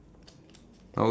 yup